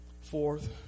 Fourth